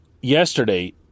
yesterday